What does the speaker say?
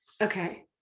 Okay